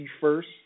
first